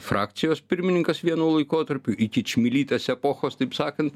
frakcijos pirmininkas vienu laikotarpiu iki čmilytės epochos taip sakant